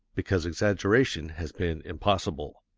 because exaggeration has been impossible.